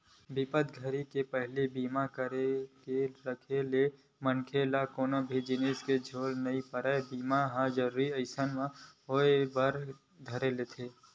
बिपत घरी के पहिली बीमा करा के राखे ले मनखे ल कोनो भी जिनिस के झेल नइ परय बीमा ह जरुरी असन होय बर धर ले